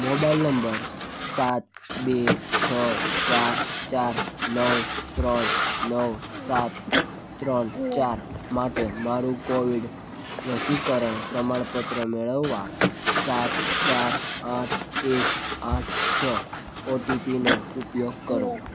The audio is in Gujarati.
મોબાઈલ નંબર સાત બે છ ચાર ચાર નવ ત્રણ નવ સાત ત્રણ ચાર માટે મારું કોવિડ રસીકરણ પ્રમાણપત્ર મેળવવા સાત ચાર આઠ એક આઠ છ ઓટીપીનો ઉપયોગ કરો